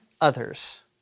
others